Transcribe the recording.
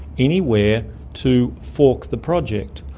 anywhere to fork the project,